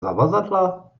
zavazadla